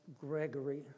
Gregory